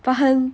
but 很